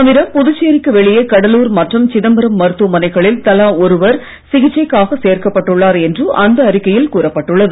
தவிர புதுச்சேரிக்கு வெளியே கடலூர் மற்றும் சிதம்பரம் மருத்துவமனைகளில் தலா ஒருவர் சிகிச்சைக்காக சேர்க்கப்பட்டுள்ளார் என்று அந்த அறிக்கையில் கூறப்பட்டுள்ளது